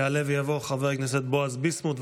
יעלה ויבוא חבר הכנסת בועז ביסמוט,